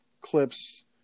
clips